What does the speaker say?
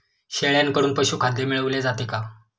शेळ्यांकडून पशुखाद्य मिळवले जाते का?